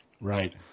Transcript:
Right